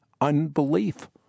unbelief